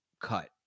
cut